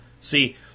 See